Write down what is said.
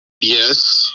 Yes